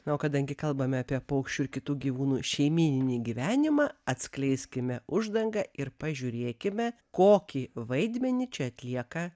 na o kadangi kalbame apie paukščių ir kitų gyvūnų šeimyninį gyvenimą atskleiskime uždangą ir pažiūrėkime kokį vaidmenį čia atlieka